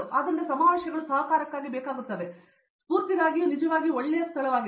ಆದ್ದರಿಂದ ಸಮಾವೇಶಗಳು ಸಹಕಾರಕ್ಕಾಗಿ ಮತ್ತು ಸ್ಫೂರ್ತಿಗಾಗಿ ನಿಜವಾಗಿಯೂ ಒಳ್ಳೆಯ ನೆಲವಾಗಿವೆ